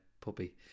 puppy